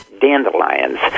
Dandelions